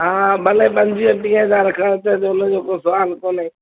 हा भले पंजुवीअ टीह हज़ार ख़र्चु करण जो को सुवालु कोन्हे